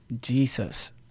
Jesus